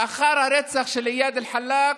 לאחר הרצח של איאד אלחלאק,